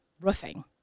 roofing